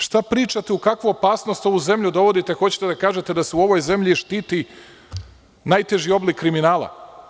Šta pričate, u kakvu opasnost ovu zemlju dovodite, hoćete da kažete da se u ovoj zemlji štiti najteži oblik kriminala?